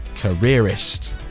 careerist